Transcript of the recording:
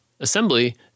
assembly